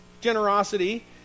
generosity